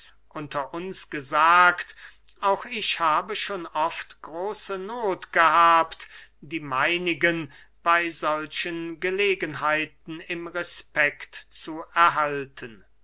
auch ich habe schon oft große noth gehabt die meinigen bey solchen gelegenheiten im respekt zu erhalten